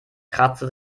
kratzte